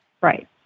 Right